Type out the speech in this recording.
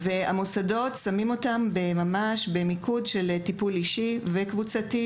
המוסדות שמים אותם במיקוד של טיפול אישי וקבוצתי.